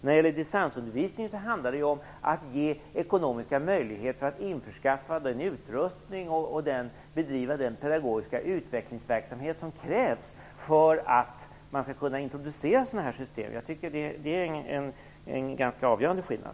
I fallet distansundervisning handlar det om att ge ekonomiska möjligheter att införskaffa den utrustning och bedriva den pedagogiska utvecklingsverksamhet som krävs för att man skall kunna introducera sådana system. Jag tycker det är en ganska avgörande skillnad.